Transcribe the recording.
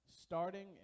starting